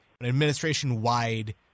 administration-wide